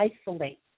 isolate